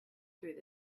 through